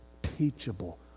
teachable